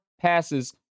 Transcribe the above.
passes